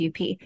UP